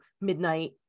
midnight